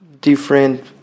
different